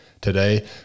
today